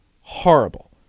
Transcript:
horrible